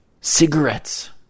cigarettes